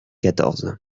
quatorze